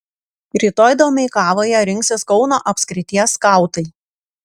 rytoj domeikavoje rinksis kauno apskrities skautai